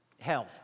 hell